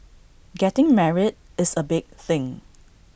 getting married is A big thing